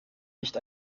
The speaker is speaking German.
nicht